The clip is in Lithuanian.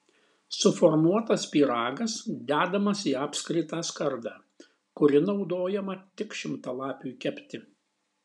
suformuotas pyragas dedamas į apskritą skardą kuri naudojama tik šimtalapiui kepti